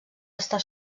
estar